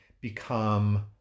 become